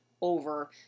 over